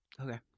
Okay